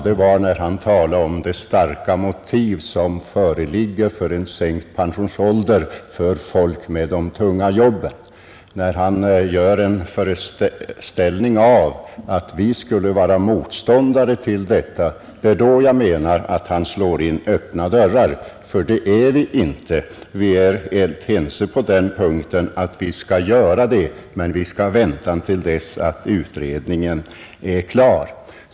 Det var när han talade om de starka motiv som föreligger för en sänkt pensionsålder för folk med de tunga jobben och gav en föreställning av att vi skulle vara motståndare till detta som jag menar att han slår in öppna dörrar. Vi är inga motståndare till sänkt pensionsålder men vi anser att man bör vänta till dess att utredningen är klar.